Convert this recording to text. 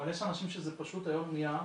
יש אנשים שזה נהיה היום